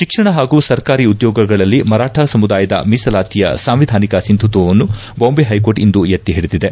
ಶಿಕ್ಷಣ ಹಾಗೂ ಸರ್ಕಾರಿ ಉದ್ಯೋಗಗಳಲ್ಲಿ ಮರಾಠ ಸಮುದಾಯದ ಮೀಸಲಾತಿಯ ಸಾಂವಿಧಾನಿಕ ಸಿಂಧುತ್ವವನ್ನು ಬಾಂಬೆ ಹೈಕೋರ್ಟ್ ಇಂದು ಎತ್ತಿಹಿಡಿದಿದೆ